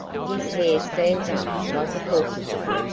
his hair stands up like a porcupine,